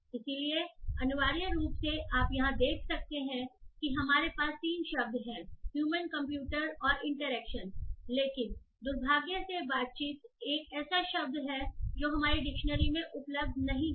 इसलिए अनिवार्य रूप से आप यहां देख सकते हैं कि हमारे पास 3 शब्द हैं ह्यूमन कंप्यूटर और इंटरैक्शन लेकिन दुर्भाग्य से इंटरेक्शन एक ऐसा शब्द है जो हमारी डिक्शनरी में उपलब्ध नहीं है